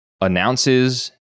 announces